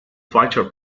fighter